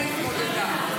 איך התמודדו?